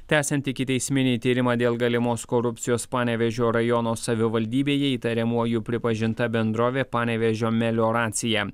tęsiant ikiteisminį tyrimą dėl galimos korupcijos panevėžio rajono savivaldybėje įtariamuoju pripažinta bendrovė panevėžio melioracija